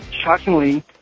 shockingly